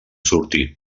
surti